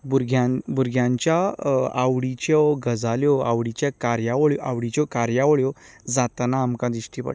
भुरग्यां भुरग्यांच्या आवडीच्यो गजाल्यो आवडीच्यो कार्यावळ्यो आवडीच्यो कार्यावळ्यो जातना आमकां दिश्टी पडटा